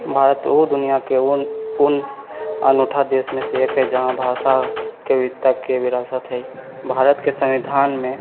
भारत दुनिआके उन अनूठा देशमे से एक हइ जहाँके भाषाके विविधताके विरासत हइ भारतके संविधानमे